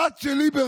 הבת של ליברמן,